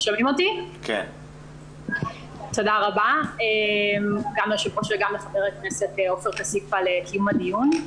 תודה רבה גם ליושב-ראש וגם לחבר הכנסת עופר כסיף על קיום הדיון.